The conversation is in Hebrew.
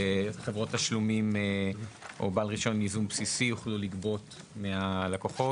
שחברות תשלומים או בעל רישיון ייזום בסיסי יוכלו לגבות מהלקוחות.